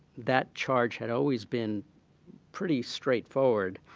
that charge had always been pretty straightforward.